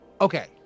Okay